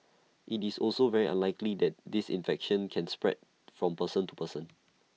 IT is also very unlikely that this infection can spread from person to person